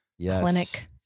clinic